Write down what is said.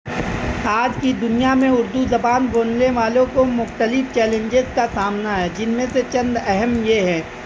آج کی دنیا میں اردو زبان بولنے والوں کو مختلف چیلنجز کا سامنا ہے جن میں سے چند اہم یہ ہیں